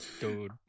Dude